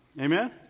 Amen